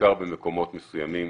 בעיקר במקומות מסוימים